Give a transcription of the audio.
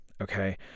okay